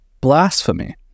blasphemy